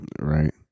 Right